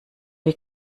wie